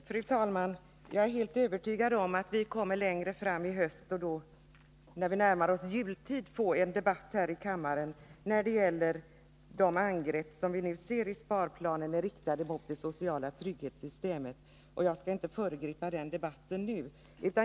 Fru talman! Jag är helt övertygad om att vi längre fram i höst, när vi närmar oss jultid, kommer att få en debatt här i kammaren när det gäller de angrepp, riktade mot det sociala trygghetssystemet, som vi nu kan se i sparplanen. Jag skall inte föregripa den debatten nu.